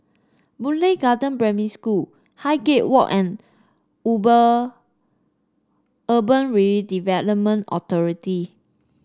Boon Lay Garden Primary School Highgate Walk and Urban Redevelopment Authority